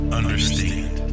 understand